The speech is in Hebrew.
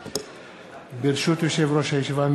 ברשות יושב-ראש הישיבה,